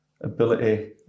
ability